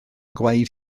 gwaed